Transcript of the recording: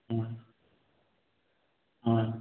ஆ ஆ